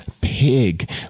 pig